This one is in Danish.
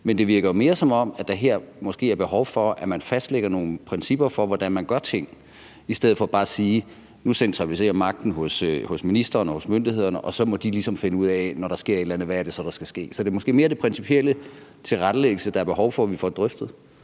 men det virker mere, som om der her måske er behov for, at man fastlægger nogle principper for, hvordan man gør ting, i stedet for bare at sige: Nu centraliserer vi magten hos ministeren og hos myndighederne, og så må de ligesom finde ud af, når der sker et eller andet, hvad det så er, der skal ske. Så det er måske mere det principielle i tilrettelæggelsen, der er behov for at vi får drøftet.